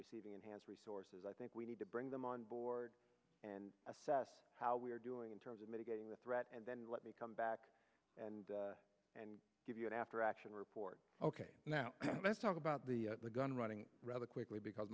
receiving enhanced resources i think we need to bring them on board and assess how we're doing in terms of mitigating the threat and then let me come back and give you an after action report ok now let's talk about the gun running rather quickly because